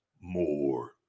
more